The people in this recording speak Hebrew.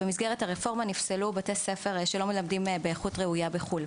במסגרת הרפורמה נפסלו בתי ספר שלא מלמדים באיכות ראויה בחו"ל.